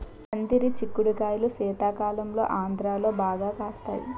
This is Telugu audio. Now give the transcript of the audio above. పందిరి సిక్కుడు కాయలు శీతాకాలంలో ఆంధ్రాలో బాగా కాస్తాయి